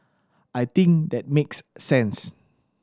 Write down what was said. I think that makes sense